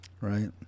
right